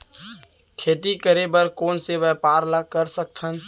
खेती करे बर कोन से व्यापार ला कर सकथन?